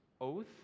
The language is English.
oath